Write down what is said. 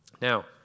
Now